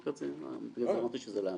בקשה נוספת.